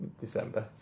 December